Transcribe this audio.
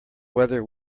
whether